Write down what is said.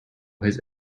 his